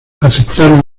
aceptaron